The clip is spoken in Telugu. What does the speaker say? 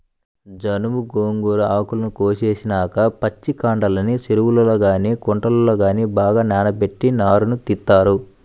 జనుము, గోంగూర ఆకులు కోసేసినాక పచ్చికాడల్ని చెరువుల్లో గానీ కుంటల్లో గానీ బాగా నానబెట్టి నారను తీత్తారు